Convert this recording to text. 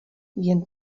jen